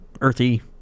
Earthy